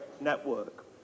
network